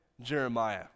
Jeremiah